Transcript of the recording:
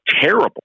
terrible